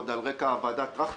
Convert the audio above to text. עוד על רקע ועדת טרכטנברג,